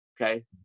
okay